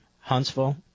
Huntsville